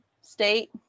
State